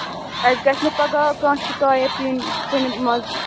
اَسہِ گژھِ نہٕ پگہہ کانٛہہ شِکایت یِنۍ کُنہِ منٛز